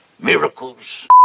miracles